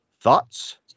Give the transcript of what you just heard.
Thoughts